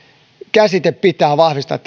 käsite pitää vahvistaa